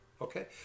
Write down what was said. okay